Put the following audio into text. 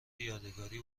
یادگاری